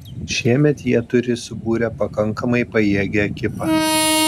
šiemet jie turi subūrę pakankamai pajėgią ekipą